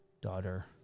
daughter